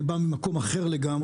אני בא ממקום אחר לגמרי.